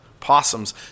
Possums